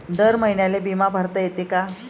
दर महिन्याले बिमा भरता येते का?